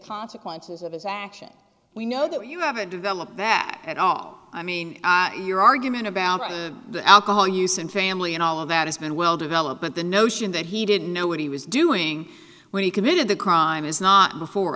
consequences of his actions we know that you haven't developed that at all i mean your argument about the alcohol use and family and all of that has been well developed but the notion that he didn't know what he was doing when he committed the crime is not before